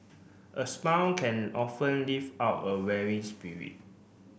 a smile can often lift up a weary spirit